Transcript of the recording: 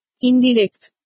Indirect